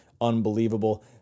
Unbelievable